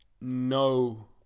no